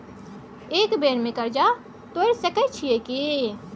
एक बेर में कर्जा तोर सके छियै की?